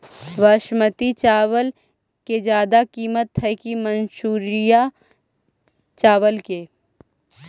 बासमती चावल के ज्यादा किमत है कि मनसुरिया चावल के?